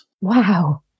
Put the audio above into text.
Wow